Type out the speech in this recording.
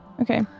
Okay